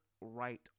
right